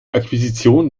akquisition